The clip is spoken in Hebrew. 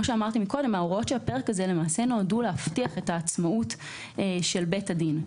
ההוראות של הפרק הזה נועדו להבטיח את העצמאות של בית הדין,